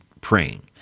praying